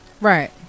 Right